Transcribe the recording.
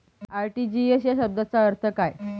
RTGS या शब्दाचा अर्थ काय?